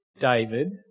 David